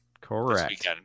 Correct